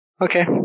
Okay